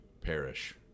perish